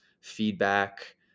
feedback